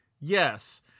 Yes